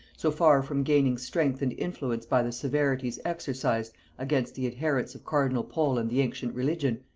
so far from gaining strength and influence by the severities exercised against the adherents of cardinal pole and the ancient religion,